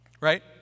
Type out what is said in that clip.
Right